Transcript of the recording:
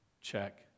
check